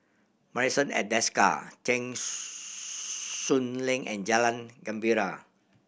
Marrison at Desker Cheng Soon Lane and Jalan Gembira